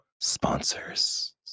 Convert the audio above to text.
sponsors